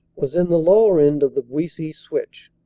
was in the lower end of the buissy switch,